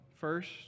first